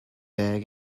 bag